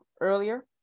earlier